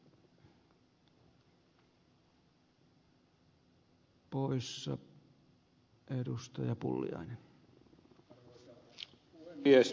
arvoisa puhemies